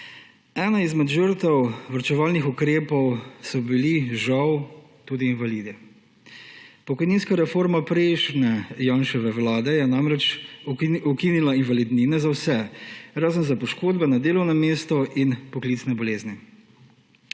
Ena izmed žrtev varčevalnih ukrepov so bili žal tudi invalidi. Pokojninska reforma prejšnje Janševe vlade je namreč ukinila invalidnine za vse, razen za poškodbe na delovnem mestu in poklicne bolezni.